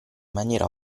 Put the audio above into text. maniera